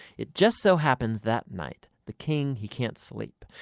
it just so happens that night the king, he can't sleep.